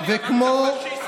אמרת פשיסטי.